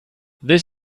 this